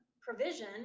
provision